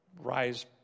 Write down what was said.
rise